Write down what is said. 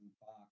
box